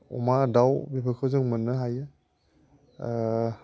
अमा दाउ बेफोरखौ जों मोननो हायो